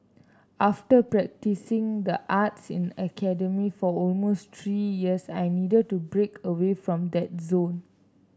after practising the arts in academy for almost three years I needed to break away from that zone